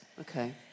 Okay